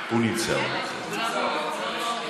הוא נמצא, הוא נמצא.